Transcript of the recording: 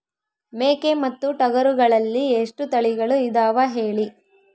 ಮೇಕೆ ಮತ್ತು ಟಗರುಗಳಲ್ಲಿ ಎಷ್ಟು ತಳಿಗಳು ಇದಾವ ಹೇಳಿ?